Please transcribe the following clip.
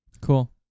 Cool